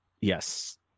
Yes